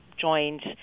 joined